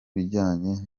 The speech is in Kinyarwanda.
bijyanye